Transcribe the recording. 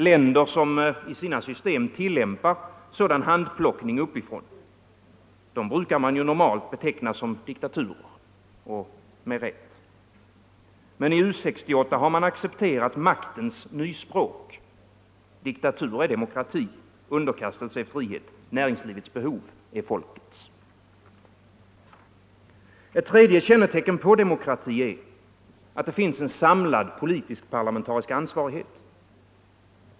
Länder som i sina system tillämpar sådan handplockning uppifrån brukar man normalt beteckna som diktaturer - och med rätta. Men i U 68 har man accepterat maktens nyspråk: diktatur är demokrati, underkastelse är frihet, näringslivets behov är folkets. Ett tredje kännetecken på demokrati är att det finns en samlad politiskparlamentarisk ansvarighet.